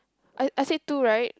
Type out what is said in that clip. I I said two right